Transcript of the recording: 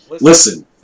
listen